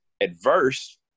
adverse